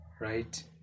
right